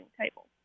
table